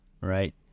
right